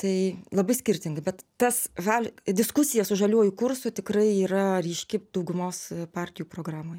tai labai skirtingai bet tas žal diskusija su žaliuoju kursu tikrai yra ryški daugumos partijų programoj